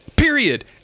Period